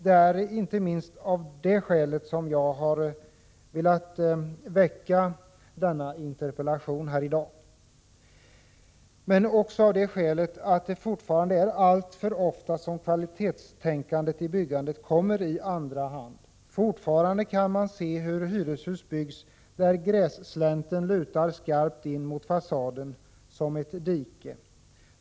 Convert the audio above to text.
Det är inte minst av det skälet som jag har väckt denna interpellation, men också av det skälet att kvalitetstänkandet i byggandet fortfarande alltför ofta kommer i andra hand. Fortfarande kan man se hur hyreshus byggs där grässlänten lutar skarpt in mot fasaden som ett dike.